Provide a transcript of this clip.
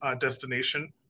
destination